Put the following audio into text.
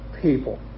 people